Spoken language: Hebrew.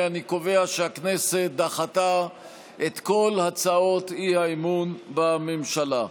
אני קובע שהכנסת דחתה את כל הצעות האי-אמון בממשלה.